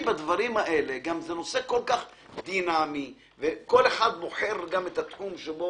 זה גם נושא כל כך דינמי וכל אחד בוחר תחום.